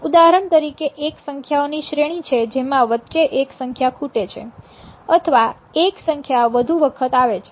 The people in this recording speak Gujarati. ઉદાહરણ તરીકે એક સંખ્યાઓની શ્રેણી છે જેમાં વચ્ચે એક સંખ્યા ખૂટે છે અથવા એક સંખ્યા વધુ વખત આવે છે